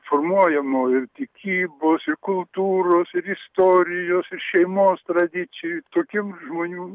formuojamų ir tikybos ir kultūros ir istorijos ir šeimos tradicijų tokių žmonių